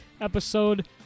episode